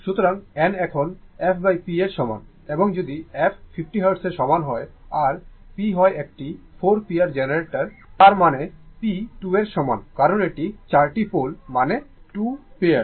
সুতরাং n এখন fp এর সমান এবং যদি f 50 হার্টজ এর সমান হয় আর p হয় একটি 4 পোল জেনারেটর তার মানে p 2 এর সমান কারণ এটি 4 টি পোল মানে 2 পেয়ার